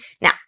Now